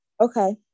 Okay